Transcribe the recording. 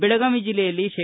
ಬೆಳಗಾವಿ ಜಲ್ಲೆಯಲ್ಲಿ ಶೇ